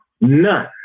none